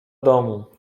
domu